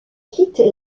quitte